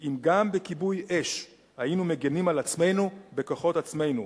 אם גם בכיבוי אש היינו מגינים על עצמנו בכוחות עצמנו,